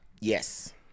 yes